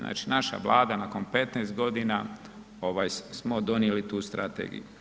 Znači naša Vlada nakon 15 godina smo donijeli tu strategiju.